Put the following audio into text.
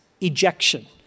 Ejection